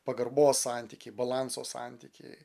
pagarbos santykiai balanso santykiai